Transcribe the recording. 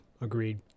agreed